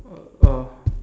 uh oh